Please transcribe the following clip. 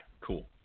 cool